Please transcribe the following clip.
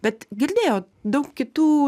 bet girdėjau daug kitų